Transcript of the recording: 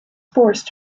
forced